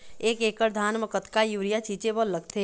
एक एकड़ धान म कतका यूरिया छींचे बर लगथे?